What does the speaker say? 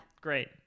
Great